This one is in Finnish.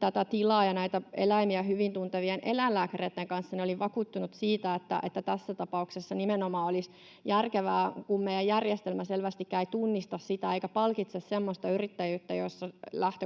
tätä tilaa ja näitä eläimiä hyvin tuntevien eläinlääkäreitten kanssa olin vakuuttunut siitä, että tässä tapauksessa nimenomaan olisi järkevää ja tärkeää — kun meidän järjestelmä selvästikään ei tunnista sitä eikä palkitse semmoista yrittäjyyttä,